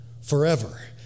forever